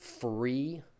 free